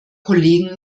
kollegen